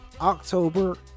October